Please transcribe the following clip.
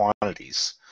quantities